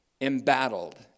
embattled